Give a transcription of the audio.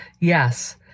yes